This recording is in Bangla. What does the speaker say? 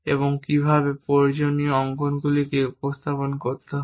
এবং কীভাবে প্রয়োজনীয় অঙ্কনগুলিকে উপস্থাপন করতে হয়